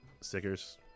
stickers